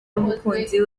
n’umukunzi